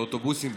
לאוטובוסים,